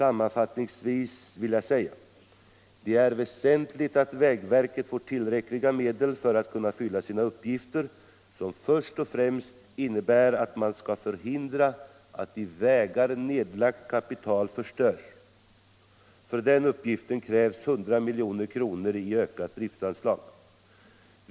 Sammanfattningsvis vill jag säga att det är väsentligt att vägverket får tillräckliga medel för att kunna fylla sina uppgifter, som först och främst innebär att man skall förhindra att i vägar nedlagt kapital förstörs. För den uppgiften krävs 100 milj.kr. i ökat driftanslag.